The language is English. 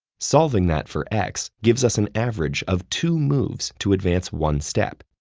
solving that for x gives us an average of two moves to advance one step.